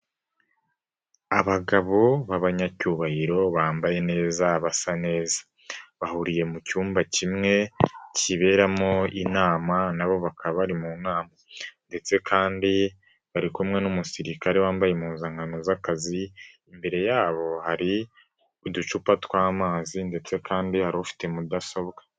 Abagabo b'abanyacyubahiro bambaye neza, basa neza. Bahuriye mu cyumba kimwe, kiberamo inama na bo bakaba bari mu nama ndetse kandi bari kumwe n'umusirikare wambaye impuzankano z'akazi, imbere yabo hari uducupa tw'amazi ndetse kandi hari ufite mudasobwa.